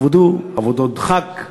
עבדו עבודות דחק,